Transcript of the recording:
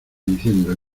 diciendo